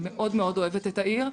אני מאוד מאוד אוהבת את העיר,